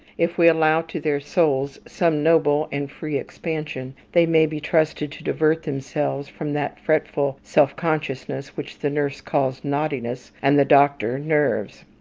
if we allow to their souls some noble and free expansion, they may be trusted to divert themselves from that fretful self-consciousness which the nurse calls naughtiness, and the doctor, nerves.